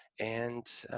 and,